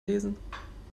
lesen